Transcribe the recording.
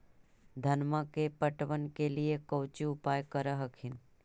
धनमा के पटबन के लिये कौची उपाय कर हखिन?